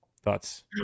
thoughts